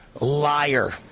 liar